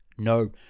No